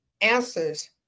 answers